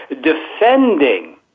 defending